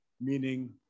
meaning